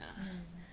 mmhmm